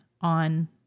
on